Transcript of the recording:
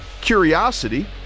Curiosity